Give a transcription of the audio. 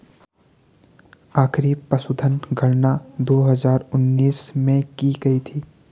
आखिरी पशुधन गणना दो हजार उन्नीस में की गयी थी